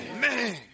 man